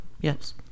Yes